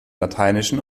lateinischen